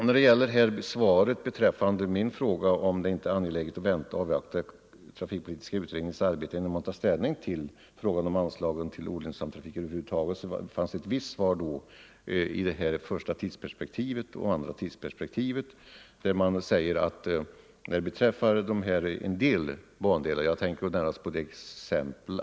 När det gäller min fråga om det inte är angeläget att avvakta trafikpolitiska utredningens arbete innan man tar ställning till frågan om anslagen till olönsam trafik över huvud taget, så fanns det ett visst svar Nr 128 i det kommunikationsministern sade om det första respektive andra tids Tisdagen den perspektivet.